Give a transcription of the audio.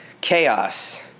Chaos